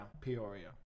Peoria